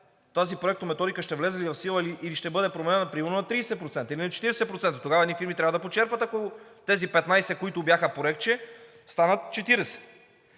тази проектометодика ще влезе ли в сила, или ще бъде променена примерно на 30% или на 40%. Тогава едни фирми трябва да почерпят, ако тези 15, които бяха проектче, станат 40.